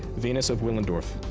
venus of willendorf.